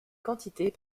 quantités